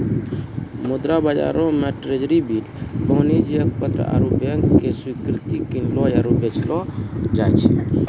मुद्रा बजारो मे ट्रेजरी बिल, वाणिज्यक पत्र आरु बैंको के स्वीकृति किनलो आरु बेचलो जाय छै